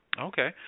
Okay